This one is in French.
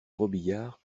robiliard